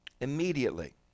Immediately